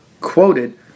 quoted